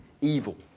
evil